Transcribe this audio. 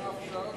מה עכשיו?